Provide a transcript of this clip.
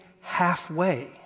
halfway